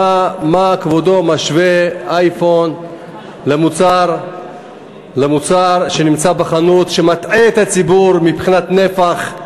מה כבודו משווה אייפון למוצר שנמצא בחנות ושמטעה את הציבור מבחינת נפח?